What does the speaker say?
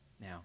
Now